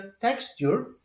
texture